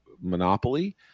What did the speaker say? monopoly